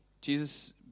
Jesus